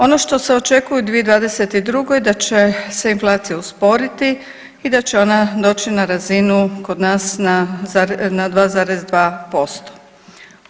Ono što se očekuje u 2022. da će se inflacija usporiti i da će ona doći na razinu kod nas na 2,2%